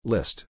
List